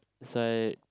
that's why